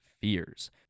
fears